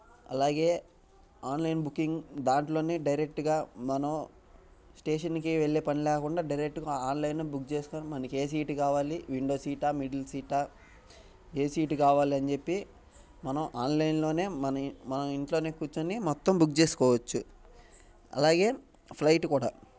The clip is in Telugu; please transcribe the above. అలాగే ఆన్లైన్ బుకింగ్ దాంట్లోనే డైరెక్ట్గా మనం స్టేషన్కే వెళ్ళే పని లేకుండా డైరెక్ట్గా ఆన్లైన్లో బుక్ చేసుకోని మనకి ఏ సీట్ కావాలి విండో సీటా మిడిల్ సీటా ఏ సీటు కావాలి అని చెప్పి మనం ఆన్లైన్లోనే మనం మన ఇంట్లోనే కుర్చోని మొత్తం బుక్ చేసుకోవచ్చు అలాగే ఫ్లైట్ కూడా